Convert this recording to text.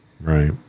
right